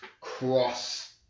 cross